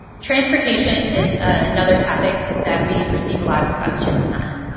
transportation is ah another topic that we receive a lot of questions on.